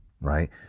Right